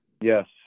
Yes